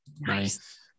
Nice